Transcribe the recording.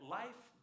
life